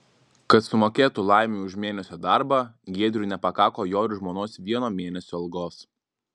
kad sumokėtų laimiui už mėnesio darbą giedriui nepakako jo ir žmonos vieno mėnesio algos